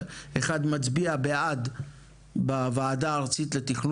אחד מצביע בעד בוועדה הארצית לתכנון